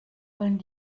wollen